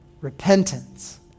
Repentance